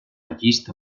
llista